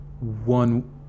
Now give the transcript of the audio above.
one